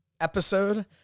episode